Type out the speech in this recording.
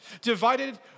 divided